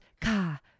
car